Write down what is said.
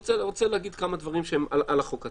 אני רוצה להגיד כמה דברים על החוק עצמו.